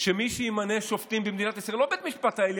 שמי שימנה שופטים במדינת ישראל,